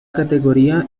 categoría